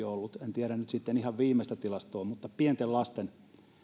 on ollut muuttotappiokaupunki en tiedä nyt sitten ihan viimeistä tilastoa mutta pienten lasten